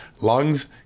lungs